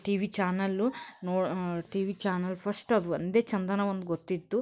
TV channel no TV channel first ಅದು ಒಂದೇ ಚಂದನ ಒಂದು ಗೊತ್ತಿತ್ತು